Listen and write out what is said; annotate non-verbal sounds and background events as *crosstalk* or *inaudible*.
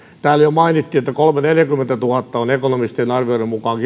täällä jo mainittiin että kolmekymmentätuhatta viiva neljäkymmentätuhatta on ekonomistien arvioiden mukaan *unintelligible*